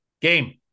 game